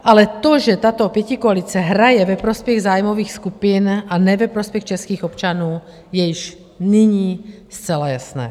Ale to, že tato pětikoalice hraje ve prospěch zájmových skupin, a ne ve prospěch českých občanů, je již nyní zcela jasné.